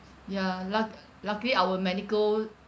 ya luck~ luckily our medical